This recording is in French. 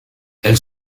elle